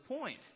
point